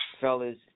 fellas